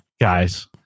guys